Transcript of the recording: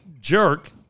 jerk